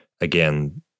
again